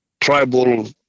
tribal